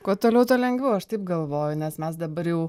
kuo toliau tuo lengviau aš taip galvoju nes mes dabar jau